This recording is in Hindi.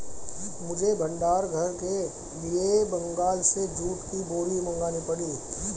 मुझे भंडार घर के लिए बंगाल से जूट की बोरी मंगानी पड़ी